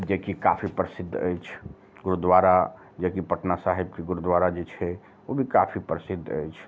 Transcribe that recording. जेकि काफी प्रसिद्ध अछि गुरुद्वारा जेकि पटना साहेबके गुरुद्वारा जे छै ओ भी काफी प्रसिद्ध अछि